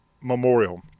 Memorial